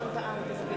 הצעת סיעת